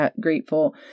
grateful